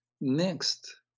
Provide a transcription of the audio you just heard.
next